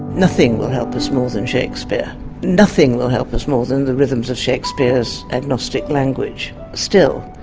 nothing will help us more than shakespeare nothing will help us more than the rhythms of shakespeare's agnostic language, still.